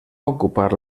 ocupar